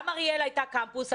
גם אריאל הייתה קמפוס,